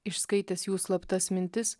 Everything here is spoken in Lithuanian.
išskaitęs jų slaptas mintis